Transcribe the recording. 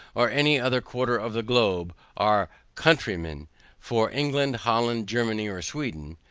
or any other quarter of the globe, are countrymen for england, holland, germany, or sweden,